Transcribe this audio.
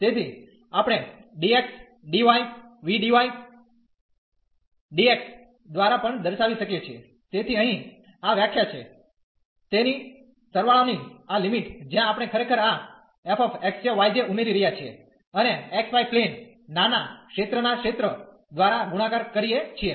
તેથી આપણે dx dy𝗏dy dx દ્વારા પણ દર્શાવી શકીએ છીએ તેથી અહીં આ વ્યાખ્યા છે તેની સરવાળોની આ લિમિટ જ્યાં આપણે ખરેખર આ f xj yj ઉમેરી રહ્યા છીએ અને x y પ્લેન નાના ક્ષેત્રના ક્ષેત્ર દ્વારા ગુણાકાર કરીએ છીએ